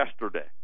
yesterday